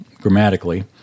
grammatically